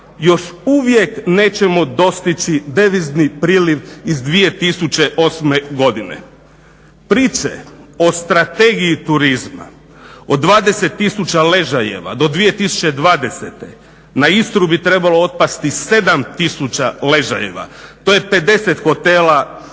još uvijek nećemo dostići devizni priljev iz 2008. godine. Priče o strategiji turizma, o 20 tisuća ležajeva do 2020. na Istru bi trebalo otpasti 7 tisuća ležajeva, to je 50 hotela.